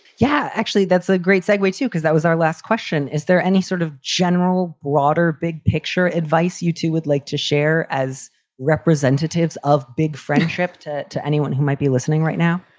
yeah, actually, that's a great segway, too, because that was our last question. is there any sort of general broader big picture advice you, too, would like to share as representatives of big friendship to. to anyone who might be listening right now?